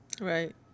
right